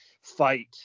fight